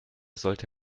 sollte